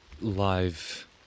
live